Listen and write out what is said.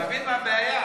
אתה מבין מה הבעיה?